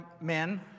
men